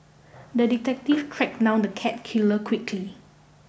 the detective tracked down the cat killer quickly